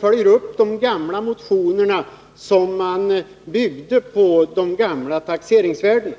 följa upp gamla motioner, som byggde på de gamla taxeringsvärdena.